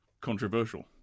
controversial